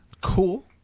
Cool